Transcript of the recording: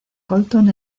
colton